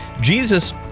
Jesus